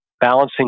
balancing